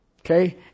Okay